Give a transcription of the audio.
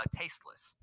tasteless